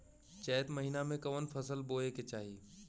चैत महीना में कवन फशल बोए के चाही?